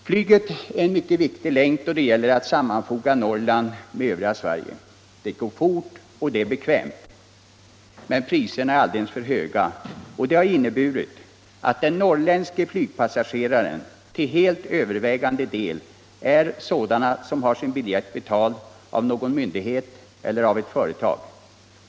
Flyget är en mycket viktig länk då det gäller att sammanfoga Norrland med övriga Sverige. Det går fort och är bekvämt. Men priserna är alldeles för höga. Och det har inneburit att de norrländska flygpassagerarna till övervägande del är sådana som har fått sin biljett betald av någon myndighet eller något företag.